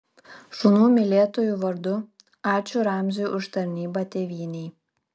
šunų mylėtojų vardu ačiū ramziui už tarnybą tėvynei